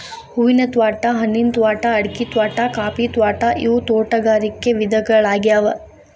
ಹೂವಿನ ತ್ವಾಟಾ, ಹಣ್ಣಿನ ತ್ವಾಟಾ, ಅಡಿಕಿ ತ್ವಾಟಾ, ಕಾಫಿ ತ್ವಾಟಾ ಇವು ತೋಟಗಾರಿಕ ವಿಧಗಳ್ಯಾಗ್ಯವು